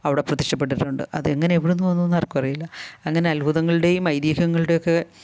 അവിടെ പ്രത്യക്ഷപ്പെട്ടിട്ടുണ്ട് അതെങ്ങനെ എവിടുന്ന് വന്നു എന്ന് ആർക്കും അറിയില്ല അങ്ങനെ അത്ഭുതങ്ങളുടെയും ഐതിഹ്യങ്ങളുടെയും ഒക്കെ